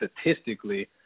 statistically